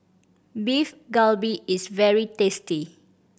Beef Galbi is very tasty